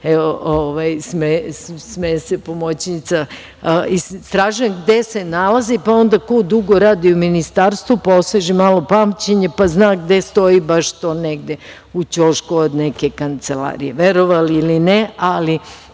se, smeje se pomoćnica, gde se nalazi pa onda ko dugo radi u Ministarstvu, poseže malo pamćenje pa zna gde stoji baš to, negde u ćošku od neke kancelarije. Verovali ili ne,